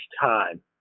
time